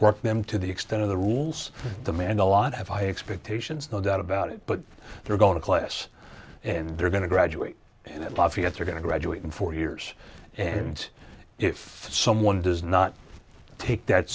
work them to the extent of the rules demand a lot have high expectations no doubt about it but they're going to class and they're going to graduate and lafayette they're going to graduate in four years and if someone does not take that